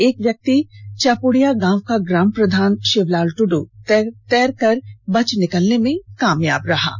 एक व्यक्ति चापुड़िया गांव का ग्राम प्रधान शिवलाल ट्डू तैर कर बच निकलने में कामयाब रहा है